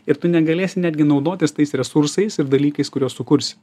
ir tu negalėsi netgi naudotis tais resursais ir dalykais kuriuos sukursi